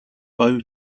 bow